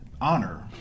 honor